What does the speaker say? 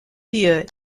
lieu